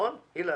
נכון אילן?